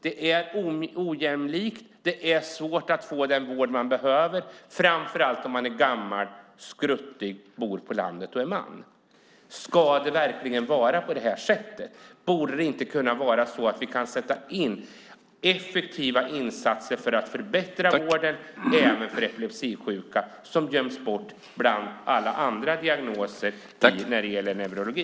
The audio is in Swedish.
Det är ojämlikt, det är svårt att få den vård man behöver, framför allt om man är gammal, skruttig, bor på landet och är man. Ska det verkligen vara på det här sättet? Borde det inte vara så att vi sätter in effektiva insatser för att förbättra vården även för epilepsisjuka som glöms bort bland alla andra med diagnoser inom neurologi?